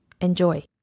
enjoy